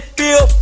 feel